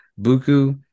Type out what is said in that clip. Buku